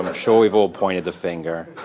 and sure we've all pointed the finger.